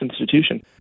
institution